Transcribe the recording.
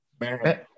Man